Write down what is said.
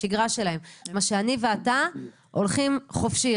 השגרה שלהם מה שאני ואתה הולכים חופשי.